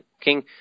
King